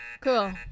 Cool